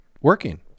working